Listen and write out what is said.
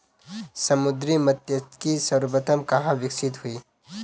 समुद्री मत्स्यिकी सर्वप्रथम कहां विकसित हुई?